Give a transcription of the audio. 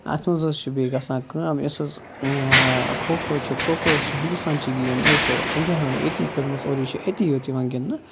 اَتھ منٛز حظ چھِ بیٚیہِ گَژھان کٲم یُس حظ کھو کھو چھُ کھو کھو حظ چھِ ہِنٛدوستانچی گیم یہِ حظ چھِ اِنٛڈیا ہَن ییٚتی کٔرمٕژ اورِج یہِ چھِ ییٚتی یوت یِوان گِنٛدنہٕ